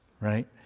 right